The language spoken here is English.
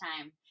time